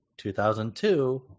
2002